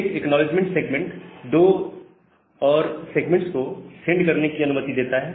प्रत्येक acknowledgement segment दो और सेगमेंट्स को सेंड करने की अनुमति देता है